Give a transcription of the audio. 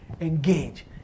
engage